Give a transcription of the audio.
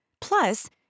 Plus